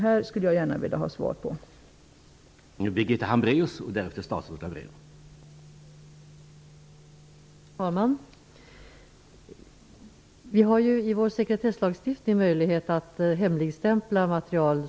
Jag skulle gärna vilja ha svar på min fråga.